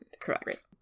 Correct